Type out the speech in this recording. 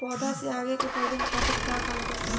पौधा से आगे के प्रजनन खातिर का करे के पड़ी?